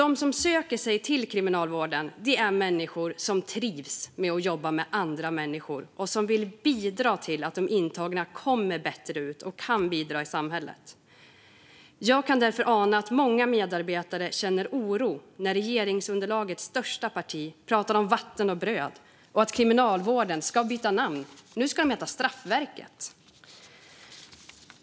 De som söker sig till kriminalvård är människor som trivs med att jobba med andra människor och som vill bidra till att de intagna kommer bättre ut och kan bidra i samhället. Jag kan därför ana att många medarbetare känner oro när regeringsunderlagets största parti pratar om vatten och bröd och att Kriminalvården ska byta namn till Straffverket.